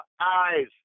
eyes